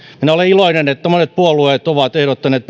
minä olen iloinen että monet puolueet ovat ehdottaneet